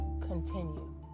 continue